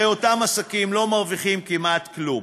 הרי אותם עסקים לא מרוויחים כמעט כלום,